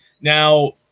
Now